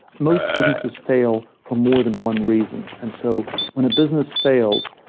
most businesses fail for more than one reason. and so when a business fails,